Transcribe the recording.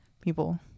people